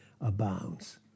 abounds